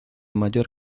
mayor